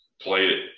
played